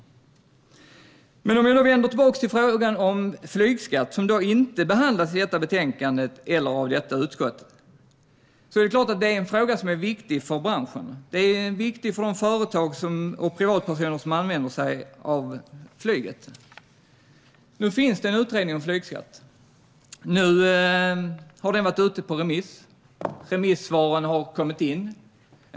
Om jag vänder tillbaka till frågan om flygskatt, som alltså inte behandlas i detta betänkande eller av detta utskott, är det klart att det är en fråga som är viktig för branschen. Det är viktigt för de företag och privatpersoner som använder sig av flyget. Nu finns det en utredning om flygskatt. Den har varit ute på remiss. Remissvaren har kommit in.